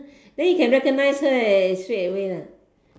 then you can recognise her eh straightaway ah